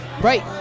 right